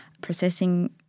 processing